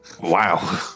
Wow